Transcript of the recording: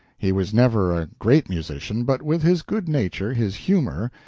he was never great musician, but with his good nature, his humor,